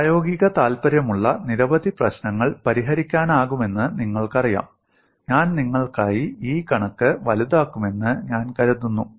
പ്രായോഗിക താൽപ്പര്യമുള്ള നിരവധി പ്രശ്നങ്ങൾ പരിഹരിക്കാനാകുമെന്ന് നിങ്ങൾക്കറിയാം ഞാൻ നിങ്ങൾക്കായി ഈ കണക്ക് വലുതാക്കുമെന്ന് ഞാൻ കരുതുന്നു